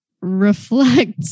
reflect